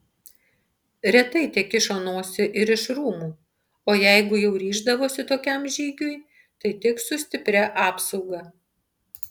retai tekišo nosį ir iš rūmų o jeigu jau ryždavosi tokiam žygiui tai tik su stipria apsauga